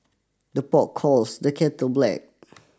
the pot calls the kettle black